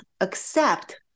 accept